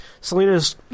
Selena's